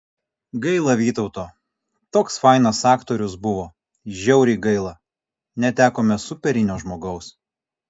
gaila vytauto toks fainas aktorius buvo žiauriai gaila netekome superinio žmogaus